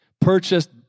purchased